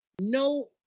no